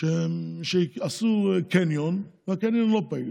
שעשו קניון והקניון לא פעיל,